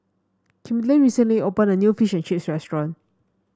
Kimberley recently open a new Fish and Chips restaurant